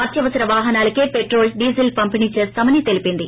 అత్యవసర వాహనాలకే petrol diesel పంపిణీ చేస్తామని తెలిపింది